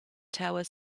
tower